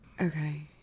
Okay